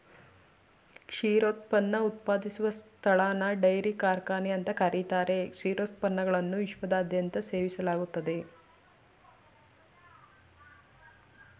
ಕ್ಷೀರೋತ್ಪನ್ನ ಉತ್ಪಾದಿಸುವ ಸ್ಥಳನ ಡೈರಿ ಕಾರ್ಖಾನೆ ಅಂತ ಕರೀತಾರೆ ಕ್ಷೀರೋತ್ಪನ್ನಗಳನ್ನು ವಿಶ್ವದಾದ್ಯಂತ ಸೇವಿಸಲಾಗ್ತದೆ